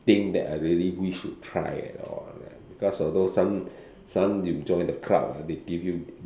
thing that I really wish to try at all right because of those some some you join the crowd ah they give you